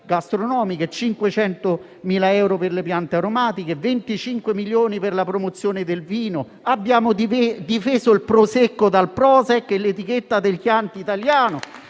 gastronomiche, 500.000 euro per le piante aromatiche, 25 milioni per la promozione del vino. Abbiamo difeso il Prosecco dal Prošek e l'etichetta del Chianti italiano